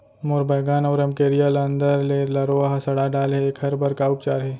मोर बैगन अऊ रमकेरिया ल अंदर से लरवा ह सड़ा डाले हे, एखर बर का उपचार हे?